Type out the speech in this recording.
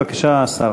בבקשה, השר.